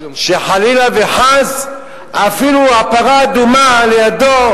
שחלילה וחס אפילו הפרה האדומה לידו,